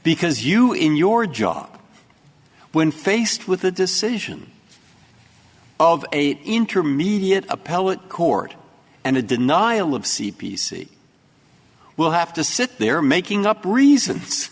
because you in your job when faced with the decision of intermediate appellate court and a denial of c p c we'll have to sit there making up reasons